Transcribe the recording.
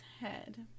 head